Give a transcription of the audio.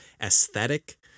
aesthetic